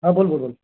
बोल बोल बोल